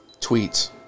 Tweets